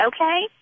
okay